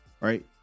right